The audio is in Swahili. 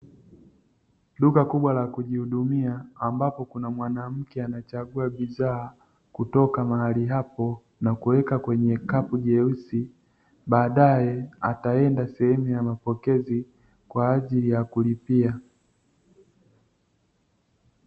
Duka kubwa la kujihudumia, ambapo kuna mwanamke anachagua bidhaa kutoka mahali hapo na kuweka kwenye kapu jeusi, baadaye ataenda sehemu ya mapokezi kwa ajili ya kulipia.